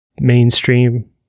mainstream